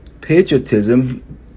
patriotism